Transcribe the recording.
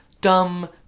dumb